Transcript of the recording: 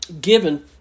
given